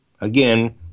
again